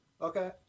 Okay